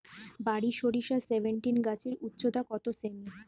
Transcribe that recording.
বারি সরিষা সেভেনটিন গাছের উচ্চতা কত সেমি?